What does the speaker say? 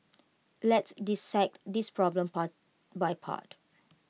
let's dissect this problem part by part